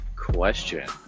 Question